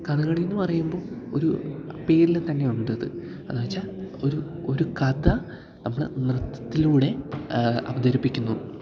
കഥകളി എന്ന് പറയുമ്പം ഒരു പേരില് തന്നെ ഉണ്ടത് എന്നുവെച്ചാൽ ഒരു ഒരു കഥ നമ്മള് നൃത്തത്തിലൂടെ അവതരിപ്പിക്കുന്നു